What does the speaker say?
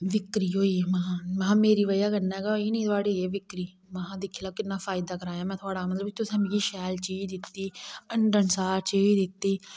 बिक्री होई में आखेआ मेरी बजह कन्नै गै होई नी थुआढ़ी एह् बिक्री में आखेआ दिक्खी लैओ किन्ना फायदा कराया में थुआढ़ा मतलब तुसें मिगी शैल चीज दित्ती हंडन सार चीज दित्ती